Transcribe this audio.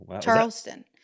Charleston